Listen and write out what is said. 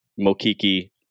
Mokiki